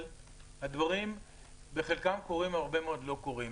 אבל הדברים בחלקם קורים והרבה מאוד לא קורים.